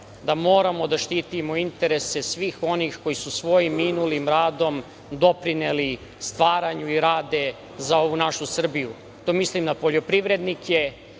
da moramo da štitimo interese svih onih koji su svoji minulim radom doprineli stvaranju i rade za ovu našu Srbiju. Tu mislim na poljoprivrednike,